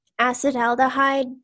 acetaldehyde